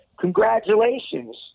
Congratulations